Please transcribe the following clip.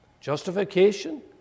Justification